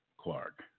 Clark